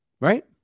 right